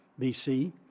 BC